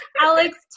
Alex